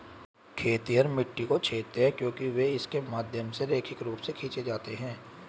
खेतिहर मिट्टी को छेदते हैं क्योंकि वे इसके माध्यम से रैखिक रूप से खींचे जाते हैं